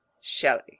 Shelley